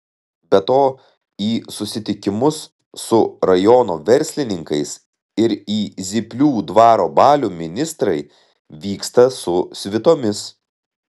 be to į susitikimus su rajono verslininkais ir į zyplių dvaro balių ministrai vyksta su svitomis